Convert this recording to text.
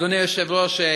אדוני היושב-ראש,